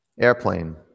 airplane